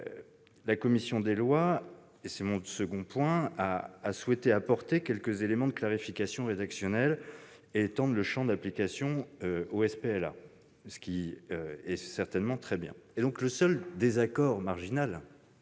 La commission des lois-c'est mon second point-a souhaité apporter quelques éléments de clarification rédactionnelle et étendre le champ d'application du texte aux SPLA, ce qui est certainement très bien. Le seul désaccord, marginal,